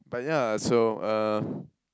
but ya so uh